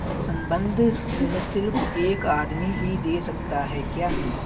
संबंद्ध ऋण सिर्फ एक आदमी ही दे सकता है क्या?